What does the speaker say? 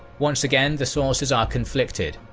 once again, the sources are conflicted,